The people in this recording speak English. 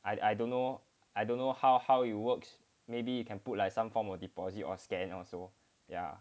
I I don't know I don't know how how it works maybe you can put like some form of deposit or scan or so ya